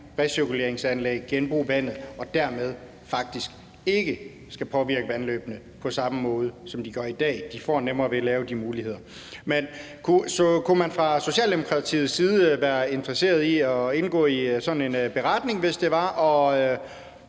recirkuleringsanlæg og genbruge vandet og dermed faktisk ikke vil påvirke vandløbene på samme måde, som de gør i dag. De får nemmere ved at bruge de muligheder. Men kunne man fra Socialdemokratiets side være interesseret i at være med på en beretning, hvis det var? Og